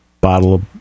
bottle